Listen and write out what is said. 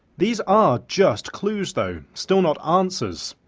these are just clues though, still not answers.